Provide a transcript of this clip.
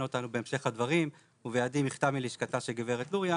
אותנו בהמשך הדברים ובידי מכתב מהלשכה של גב' לוריא